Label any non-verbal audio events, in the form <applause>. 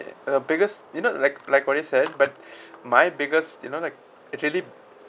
a biggest you know like like what you said but <breath> my biggest you know like actually